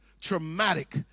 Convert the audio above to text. traumatic